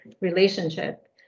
relationship